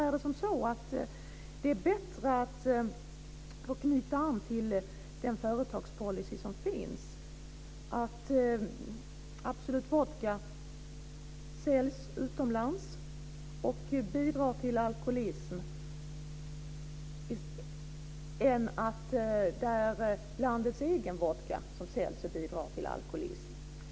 För att knyta an till den företagspolicy som finns undrar jag om det är bättre att Absolut Vodka säljs utomlands och bidrar till alkoholism än att det är landets egen vodka som säljs och bidrar till alkoholism?